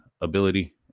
ability